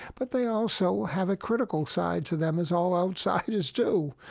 but they also have a critical side to them as all outsiders do,